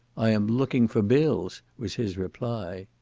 i am looking for bills, was his reply.